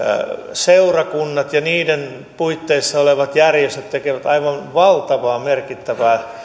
seurakunnat ja niiden puitteissa olevat järjestöt tekevät aivan valtavaa merkittävää